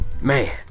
Man